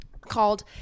called